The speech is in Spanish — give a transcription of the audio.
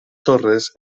torres